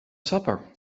supper